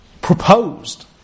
proposed